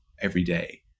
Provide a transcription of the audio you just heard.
everyday